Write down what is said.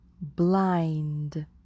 blind